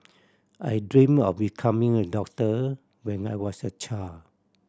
I dream of becoming a doctor when I was a child